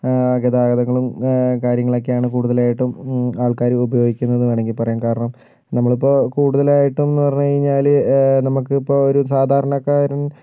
ഗതാഗതങ്ങളും കാര്യങ്ങളും ഒക്കെ ആണ് കൂടുതലായിട്ടും ആള്ക്കാര് ഉപയോഗിക്കുന്നത് എന്ന് വേണമെങ്കില് പറയാം കാരണം നമ്മളിപ്പോള് കൂടുതലായിട്ടും എന്ന് പറഞ്ഞു കഴിഞ്ഞാല് നമുക്ക് ഇപ്പോൾ ഒരു സാധാരണക്കാരൻ